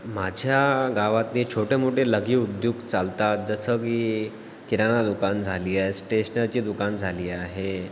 माझ्या गावातले छोटेमोठे लघी उद्योग चालतात जसं की किराणा दुकान झाली आहे स्टेशनरीची दुकान झाली आहे